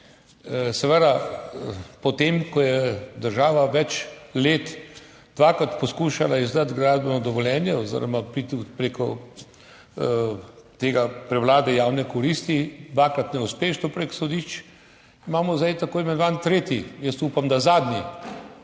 Po tem, ko je država več let dvakrat poskušala izdati gradbeno dovoljenje oziroma iti prek prevlade javne koristi, dvakrat neuspešno prek sodišč, imamo zdaj tako imenovani tretji, jaz upam, da zadnji